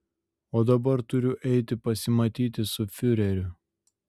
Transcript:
o dabar turiu eiti pasimatyti su fiureriu